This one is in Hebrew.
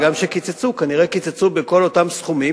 כשקיצצו כנראה גם קיצצו בכל אותם סכומים